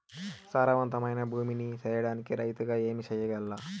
సారవంతమైన భూమి నీ సేయడానికి రైతుగా ఏమి చెయల్ల?